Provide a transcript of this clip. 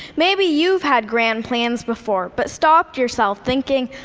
maybe you've had grand plans before, but stopped yourself, thinking,